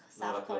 no raccoon